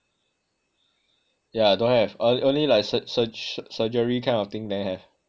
yah don't have o~ only like sur~ sur~ surgery kind of thing then have